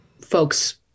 folks